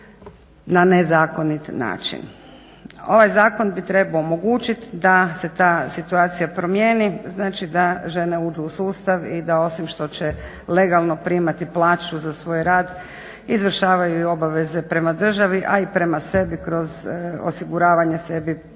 na nezakonit način. Ovaj zakon bi trebao omogućiti da se ta situacija promijeni, znači da žene uđu u sustav i da osim što će legalno primati plaću za svoj rad, izvršavaju i obaveze prema državi, a i prema sebi kroz osiguravanje sebi zdravstvenog